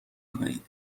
کنید